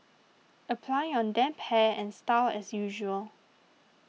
apply on damp hair and style as usual